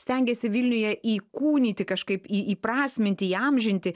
stengėsi vilniuje įkūnyti kažkaip įprasminti įamžinti